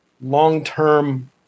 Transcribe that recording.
long-term